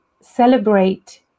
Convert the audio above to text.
celebrate